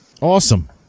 awesome